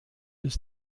his